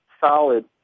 solid